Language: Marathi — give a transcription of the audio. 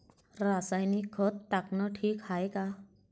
रासायनिक खत टाकनं ठीक हाये का?